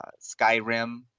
skyrim